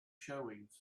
showings